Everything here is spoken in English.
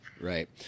Right